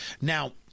Now